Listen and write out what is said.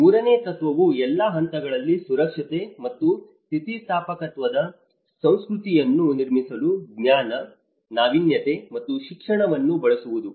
ಮೂರನೇ ತತ್ವವು ಎಲ್ಲಾ ಹಂತಗಳಲ್ಲಿ ಸುರಕ್ಷತೆ ಮತ್ತು ಸ್ಥಿತಿಸ್ಥಾಪಕತ್ವದ ಸಂಸ್ಕೃತಿಯನ್ನು ನಿರ್ಮಿಸಲು ಜ್ಞಾನ ನಾವೀನ್ಯತೆ ಮತ್ತು ಶಿಕ್ಷಣವನ್ನು ಬಳಸುವುದು